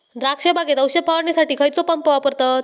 द्राक्ष बागेत औषध फवारणीसाठी खैयचो पंप वापरतत?